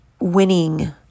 winning